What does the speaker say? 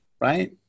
right